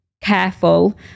careful